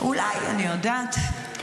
אולי, אני יודעת?